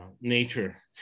nature